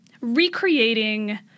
recreating